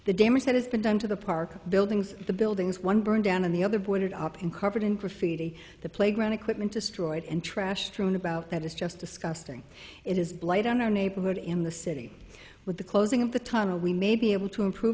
the damage that has been done to the park buildings the buildings one burned down and the other boarded up and covered in graffiti the playground equipment destroyed and trash strewn about that is just disgusting it is blight on our neighborhood in the city with the closing of the tunnel we may be able to improve